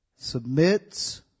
submits